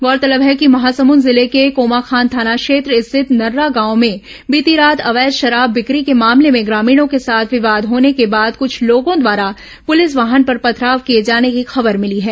गौरतलब है कि महासमुद जिले के कोमाखान थाना क्षेत्र स्थित नर्रा गांव में बीती रात अवैध शराब बिक्री के मामले में ग्रामीणों के साथ विवाद होने के बाद कुछ लोगों द्वारा पुलिस वाहन पर पथराव किए जाने की खबर मिली है